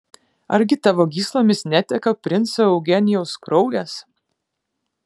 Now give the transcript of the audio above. argi tavo gyslomis neteka princo eugenijaus kraujas